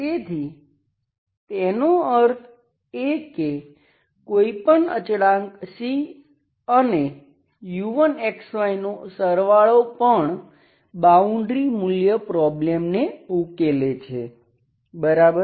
તેથી તેનો અર્થ એ કે કોઈપણ અચળાંક C અને u1 નો સરવાળો પણ બાઉન્ડ્રી મૂલ્ય પ્રોબ્લેમને ઉકેલે છે બરાબર